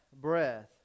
breath